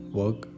work